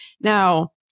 Now